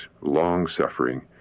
long-suffering